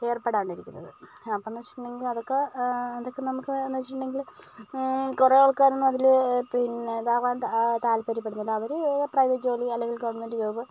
ഏർപ്പെടാണ്ടിരിക്കുന്നത് അപ്പൊന്ന് വെച്ചിട്ടുണ്ടെങ്കില് അതൊക്കെ അതൊക്കെ നമുക്ക് എന്ന് വെച്ചിട്ടുണ്ടെങ്കില് കുറെ ആൾക്കാരൊന്നും അതില് പിന്നെ ഇതാവാൻ താല്പര്യപ്പെടുന്നില്ല അവര് പ്രൈവറ്റ് ജോലി അല്ലെങ്കിൽ ഗവൺമെൻറ് ജോബ്